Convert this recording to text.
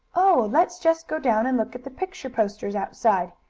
oh, let's just go down and look at the picture posters outside,